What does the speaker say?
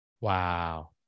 wow